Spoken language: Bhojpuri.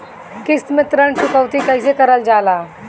किश्त में ऋण चुकौती कईसे करल जाला?